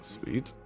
Sweet